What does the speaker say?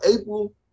April